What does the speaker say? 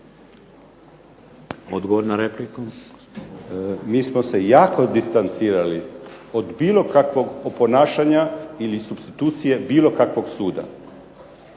Miljenko (HNS)** Mi smo se jako distancirali od bilo kakvog oponašanja ili supstitucije bilo kakvog suda.